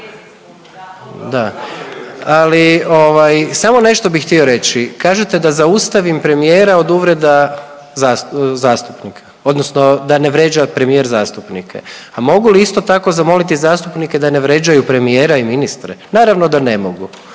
Da, ali ovaj samo nešto bi htio reći. Kažete da zaustavim premijera od uvreda zastupnika odnosno da ne vrijeđa premijer zastupnike, a mogu li isto tako zamoliti zastupnike da ne vrijeđaju premijera i ministre? Naravno da ne mogu